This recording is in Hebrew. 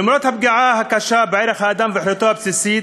ולמרות הפגיעה הקשה בערך האדם וחירותו הבסיסית,